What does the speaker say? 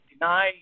deny